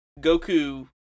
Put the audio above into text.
Goku